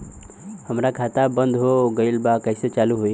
हमार खाता बंद हो गईल बा कैसे चालू होई?